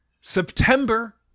September